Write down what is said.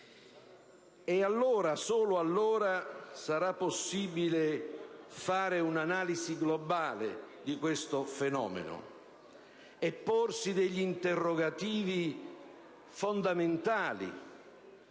E allora, solo allora sarà possibile fare un'analisi globale di questo fenomeno e porsi degli interrogativi fondamentali: